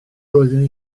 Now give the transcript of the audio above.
roeddwn